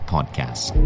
Podcast